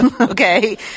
Okay